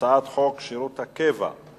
אני קובע שהצעת חוק שירות ביטחון (הוראת שעה)